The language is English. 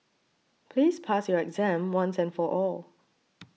please pass your exam once and for all